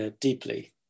deeply